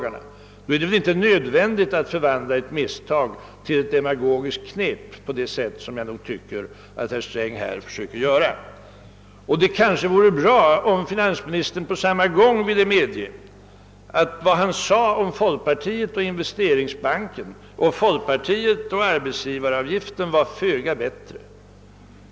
Han har gjort ett misstag och då är det väl inte nödvändigt att förvandla misstaget till ett demagogiskt knep på det sätt som jag tycker att herr Sträng har försökt att göra. Det vore bra om finansministern på samma gång ville medge, att det han sade om folkpartiet och investeringsbanken och vad han sade om folkpartiet och arbetsgivaravgiften var föga bättre.